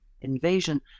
invasion